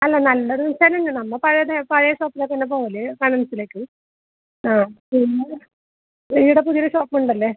അല്ല നല്ല ഡിസൈൻ ഉണ്ട് നമ്മൾ പഴയത് പഴയ ഷോപ്പിലോട്ടാണ് പോവൽ കണ്ണൻസിലേക്ക് ആ പിന്നെ ഈട പുതിയൊരു ഷോപ്പ് ഉണ്ടല്ലേ